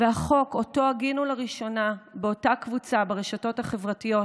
והחוק שאותו הגינו לראשונה באותה קבוצה ברשתות החברתיות,